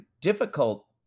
difficult